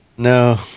no